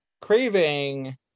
craving